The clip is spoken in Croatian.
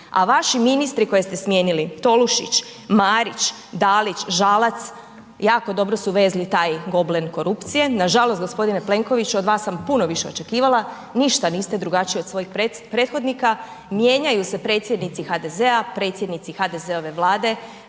a vaši ministri koje ste smijenili Tolušić, Marić, Dalić, Žalac jako dobro su vezli taj goblen korupcije, nažalost gospodine Plenkoviću od vas sam puno više očekivali, ništa niste drugačiji od svojih prethodnika, mijenjaju se predsjednici HDZ-a, predsjednici HDZ-ove vlade,